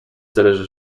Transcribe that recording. zależy